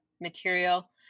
material